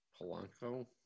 Polanco